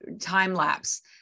time-lapse